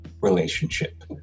relationship